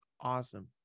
Awesome